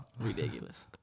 ridiculous